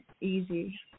easy